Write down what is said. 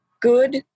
good